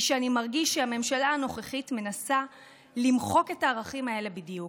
שאני מרגיש שהממשלה הנוכחית מנסה למחוק את הערכים האלה בדיוק,